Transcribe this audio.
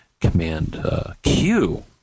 Command-Q